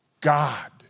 God